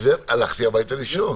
לכן הלכתי הביתה לישון.